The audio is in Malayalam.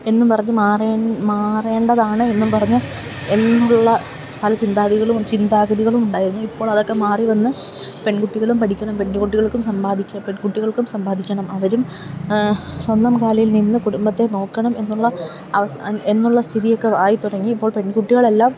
എന്നും പറഞ്ഞു മാറേണ്ടതാണ് എന്നും പറഞ്ഞ് എന്നുള്ള പല ചിന്താഗതികളും ഉണ്ടായിരുന്നു ഇപ്പോൾ അതെക്കെ മാറിവന്ന് പെൺകുട്ടികളും പഠിക്കണം പെണ്കുട്ടികൾക്കും സമ്പാദിക്കണം അവരും സ്വന്തം കാലിൽ നിന്നു കുടുംബത്തെ നോക്കണം എന്നുള്ള സ്ഥിതിയൊക്കെ ആയിത്തുടങ്ങി ഇപ്പോൾ പെൺകുട്ടികളെല്ലാം